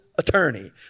attorney